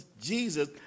Jesus